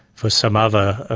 for some other